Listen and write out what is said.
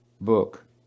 book